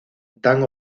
dan